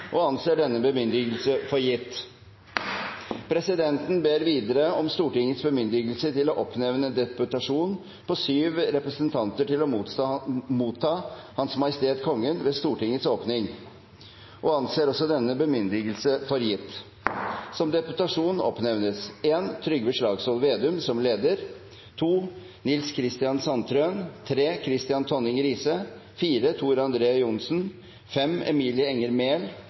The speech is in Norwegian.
og anser denne bemyndigelse for gitt. Presidenten ber videre om Stortingets bemyndigelse til å oppnevne en deputasjon på syv representanter til å motta Hans Majestet Kongen ved Stortingets åpning – og anser også denne bemyndigelse for gitt. Som deputasjon oppnevnes representantene Trygve Slagsvold Vedum, leder, Nils Kristen Sandtrøen, Kristian Tonning Riise, Magne Rommetveit, Emilie Enger Mehl,